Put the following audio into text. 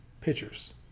pitchers